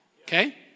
Okay